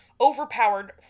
overpowered